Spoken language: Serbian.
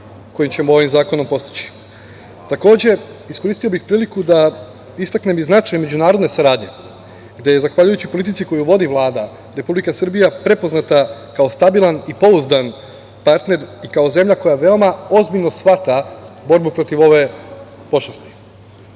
koji ćemo ovim zakonom postići. Takođe iskoristio bih priliku da istaknem i značaj međunarodne saradnje, gde je zahvaljujući politiku koju vodi Vlada Republika Srbija prepoznata kao stabilan i pouzdan partner, kao zemlja koja veoma ozbiljno shvata borbu protiv ove grupe pošasti.